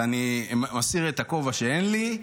ואני מסיר את הכובע שאין לי,